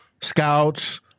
scouts